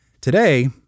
Today